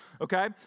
okay